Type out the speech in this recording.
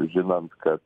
žinant kad